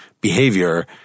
behavior